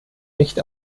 nicht